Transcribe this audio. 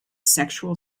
sexual